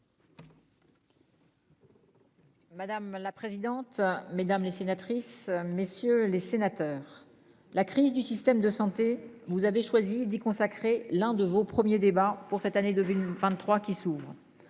Madame la présidente, mesdames les sénatrices messieurs les sénateurs. La crise du système de santé. Vous avez choisi d'y consacrer l'un de vos premiers débats pour cette année 23 qui s'ouvre.